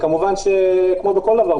כמובן שכמו בכל דבר,